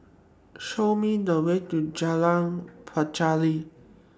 Show Me The Way to Jalan Pacheli